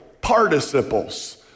participles